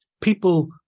people